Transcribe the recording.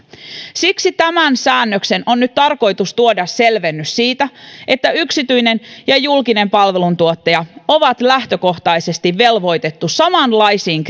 siksi tämän säännöksen on nyt tarkoitus tuoda selvennys siitä että yksityinen ja julkinen palveluntuottaja on lähtökohtaisesti velvoitettu samanlaisiin